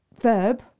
verb